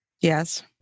yes